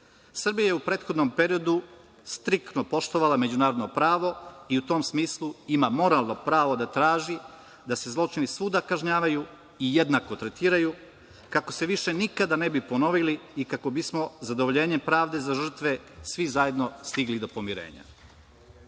je u prethodnom periodu striktno poštovala međunarodno pravo i u tom smislu ima moralno pravo da traži da se zločini svuda kažnjavaju i jednako tretiraju, kako se više nikada ne bi ponovili i kako bismo zadovoljenjem pravde za žrtve svi zajedno stigli do pomirenja. Imajući